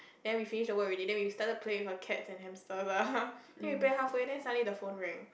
then we finished the work already then we started playing with her cats and hamster lah then we were playing halfway then suddenly the phone rang